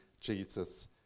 Jesus